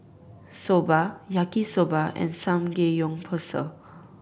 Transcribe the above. Soba Yaki Soba and Samgeyopsal